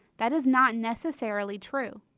that is not necessarily true.